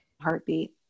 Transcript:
heartbeat